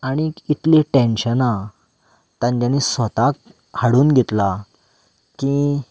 आनी इतलें टेंशनां तांच्यांनी स्वता हाडून घेतला की